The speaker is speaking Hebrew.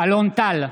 אלון טל,